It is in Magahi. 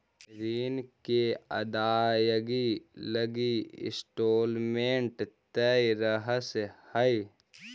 ऋण के अदायगी लगी इंस्टॉलमेंट तय रहऽ हई